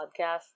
podcast